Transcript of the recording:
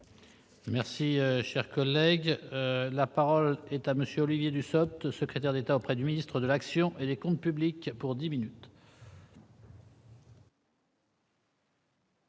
Merci, cher collègue, la parole est à monsieur Olivier Dussopt, secrétaire d'État auprès du ministre de l'action et des comptes publics pour 10 minutes.